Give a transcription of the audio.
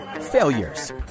failures